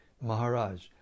Maharaj